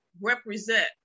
represent